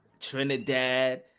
Trinidad